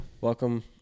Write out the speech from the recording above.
Welcome